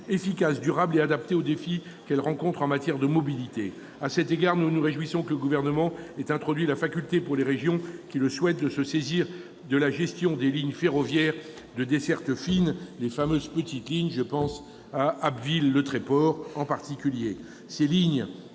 efficace, durable et adaptée aux défis qu'elles rencontrent en matière de mobilité. À cet égard, nous nous réjouissons que le Gouvernement ait introduit la faculté, pour les régions qui le souhaitent, de se saisir de la gestion des lignes ferroviaires de dessertes fines, les fameuses petites lignes. Je pense en particulier